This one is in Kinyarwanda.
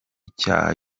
cyaha